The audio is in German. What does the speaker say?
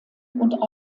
und